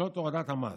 הורדת המס.